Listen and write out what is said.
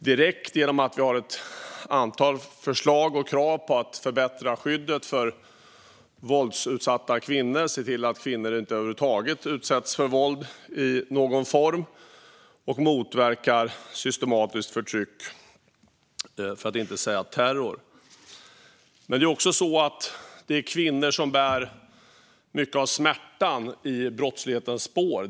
Vi har ett antal förslag och krav för att förbättra skyddet för våldsutsatta kvinnor och se till att kvinnor inte utsätts för våld i någon form över huvud taget och för att motverka systematiskt förtryck, för att inte säga terror. Det är kvinnor som bär mycket av smärtan i brottslighetens spår.